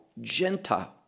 gentile